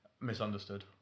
misunderstood